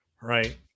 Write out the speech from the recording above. right